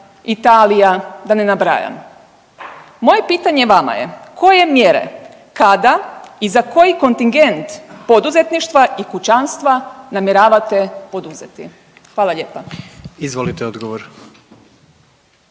Italija, da ne nabrajam. Moje pitanje vama je koje mjere, kada i za koji kontingent poduzetništva i kućanstva namjeravate poduzeti? Hvala lijepa. **Jandroković,